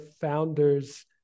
founders